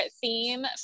theme